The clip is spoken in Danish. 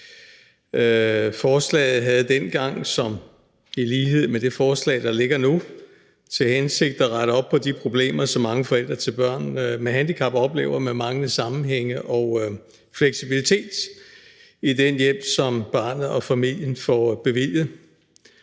Forslaget havde dengang, i lighed med det forslag, der ligger nu, til hensigt at rette op på de problemer, som mange forældre til børn med handicap oplever med manglende sammenhæng og fleksibilitet i den hjælp, som barnet og familien får bevilget.